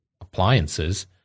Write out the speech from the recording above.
appliances